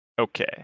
Okay